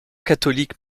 catholique